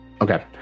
Okay